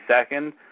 second